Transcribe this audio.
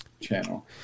channel